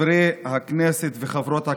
חברי הכנסת וחברות הכנסת,